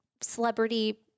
celebrity